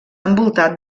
envoltat